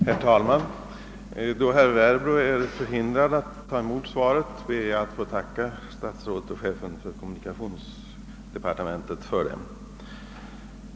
Herr talman! Då herr Werbro är förhindrad att närvara ber jag att få tacka statsrådet och chefen för kommunikationsdepartementet för svaret på frågan.